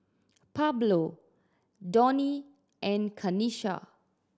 Pablo Donnie and Kanisha